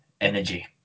energy